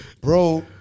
bro